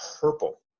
purple